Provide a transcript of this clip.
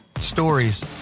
Stories